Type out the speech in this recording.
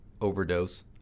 overdose